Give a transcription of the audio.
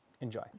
enjoy